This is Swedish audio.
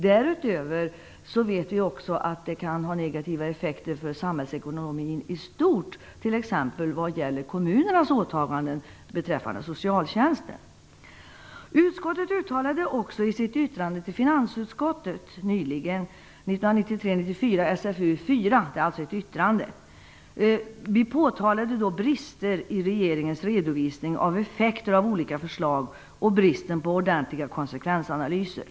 Därutöver vet vi också att det kan ha negativa effekter för samhällsekonomin i stort, t.ex. vad gäller kommunernas åtaganden beträffande socialtjänsten. Utskottet påtalade också nyligen i sitt yttrande till finansutskottet, 1993/94:SfU4, brister i regeringens redovisning av effekter av olika förslag och bristen på ordentliga konsekvensanalyser.